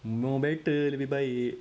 more better lebih baik